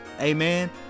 Amen